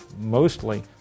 mostly